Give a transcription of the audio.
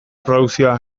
produkzioa